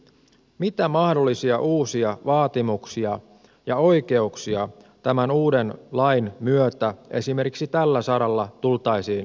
mitä mahdollisia uusia vaatimuksia ja oikeuksia tämän uuden lain myötä esimerkiksi tällä saralla tultaisiin synnyttämään